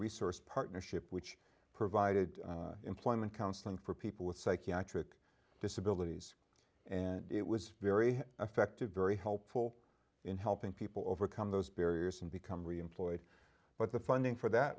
resource partnership which provided employment counseling for people with psychiatric disabilities and it was very effective very helpful in helping people overcome those barriers and become reemployed but the funding for that